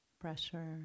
pressure